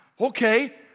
Okay